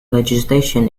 legislation